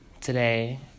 today